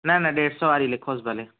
न न ॾेढु सौ वारी लिखोसि भले